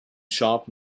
sharp